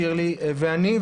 שירלי ואני.